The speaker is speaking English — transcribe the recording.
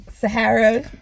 Sahara